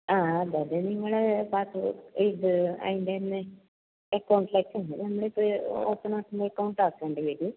ആ അതെ അതെ നിങ്ങൾ പാസ്സ് ഇത് അതിൻ്റെന്നെ അക്കൗണ്ട്സ് ലൈഫ് ഉണ്ട് നമ്മൾ ഇപ്പോൾ ഓപ്പൺ ആകുമ്പഴേക്കും അക്കൗണ്ട് ആക്കേണ്ടി വരും